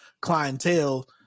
clientele